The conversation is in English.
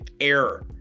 error